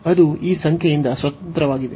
ಅದು ಈ ಸಂಖ್ಯೆಯಿಂದ ಸ್ವತಂತ್ರವಾಗಿದೆ